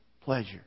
pleasure